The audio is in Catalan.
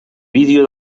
vídeo